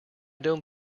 don’t